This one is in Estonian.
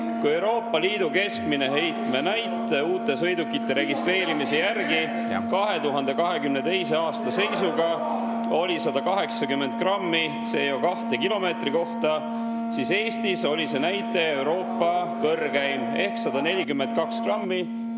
Kui Euroopa Liidu keskmine heitmenäit uute sõidukite registreerimise järgi 2022. aasta seisuga oli 180 grammi CO2kilomeetri kohta, (Hääled saalis.) siis Eestis oli see näitaja Euroopa kõrgeim ehk 142 grammi